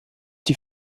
die